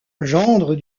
gendre